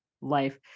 life